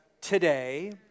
today